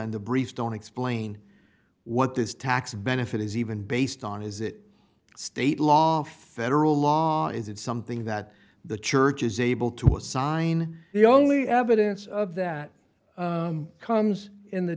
the brief don't explain what this tax benefit is even based on is it state law federal law is it something that the church is able to assign the only evidence of that comes in